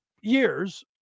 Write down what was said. years